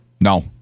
No